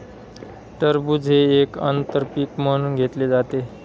टरबूज हे एक आंतर पीक म्हणून घेतले जाते